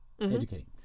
educating